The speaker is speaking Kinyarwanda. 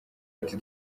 ati